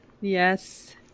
Yes